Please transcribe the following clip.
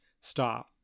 stop